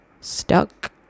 stuck